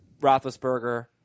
Roethlisberger